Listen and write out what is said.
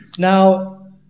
Now